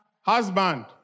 husband